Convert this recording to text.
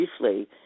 briefly